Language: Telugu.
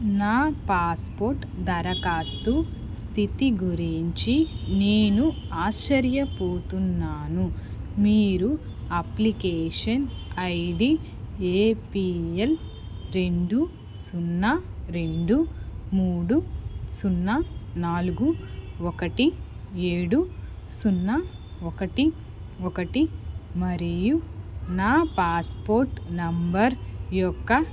నా పాస్పోర్ట్ దరఖాస్తు స్థితి గురించి నేను ఆశ్చర్యపోతున్నాను మీరు అప్లికేషన్ ఐడి ఏపిఎల్ రెండు సున్నా రెండు మూడు సున్నా నాలుగు ఒకటి ఏడు సున్నా ఒకటి ఒకటి మరియు నా పాస్పోర్ట్ నంబర్ యొక్క